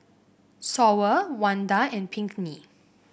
Sawyer Wanda and Pinkney